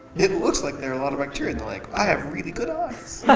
it looks like there are a lot of bacteria in the lake. i have really good eyes.